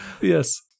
Yes